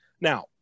Now